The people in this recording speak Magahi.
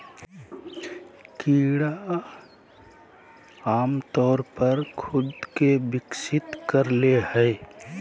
कीड़ा आमतौर पर खुद के विकसित कर ले हइ